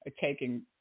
taking